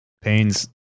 Pains